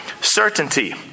certainty